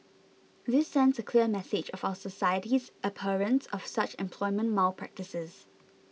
this sends a clear message of our society's abhorrence of such employment malpractices